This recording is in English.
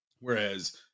Whereas